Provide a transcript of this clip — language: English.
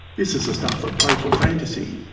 this is the stuff of playful fantasy,